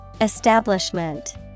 Establishment